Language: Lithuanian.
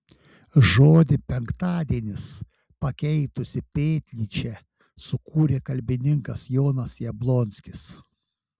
žodį penktadienis pakeitusį pėtnyčią sukūrė kalbininkas jonas jablonskis